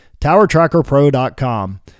TowerTrackerPro.com